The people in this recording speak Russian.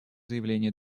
заявление